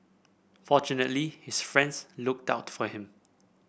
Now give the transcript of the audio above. fortunately his friends looked out for him